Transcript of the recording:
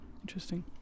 Interesting